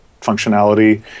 functionality